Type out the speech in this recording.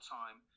time